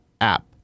app